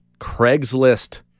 Craigslist